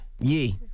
Yee